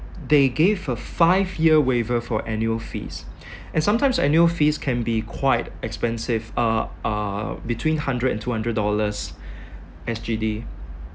they gave a five year waiver for annual fees and sometimes annual fees can be quite expensive uh uh between hundred and two hundred dollars S_G_D